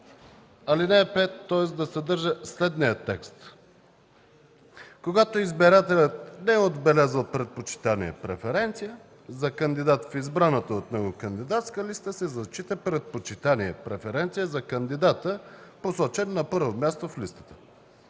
Алинея 5 да съдържа следния текст: „Когато избирателят не е отбелязал предпочитание (преференция) за кандидат в избраната от него кандидатска листа, се зачита предпочитание (преференция) за кандидата, посочен на първо място в листата”.